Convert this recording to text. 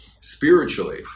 spiritually